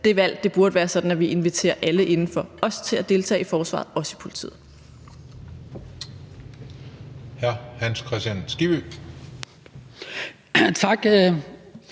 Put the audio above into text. det valg burde være sådan, at vi inviterer alle indenfor, også til at deltage i forsvaret og politiet.